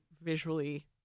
visually